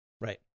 Right